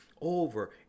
over